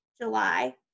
July